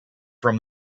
from